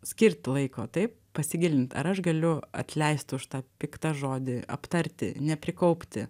skirti laiko taip pasigilint ar aš galiu atleist už tą piktą žodį aptarti neprikaupti